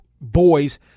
Boys